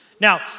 Now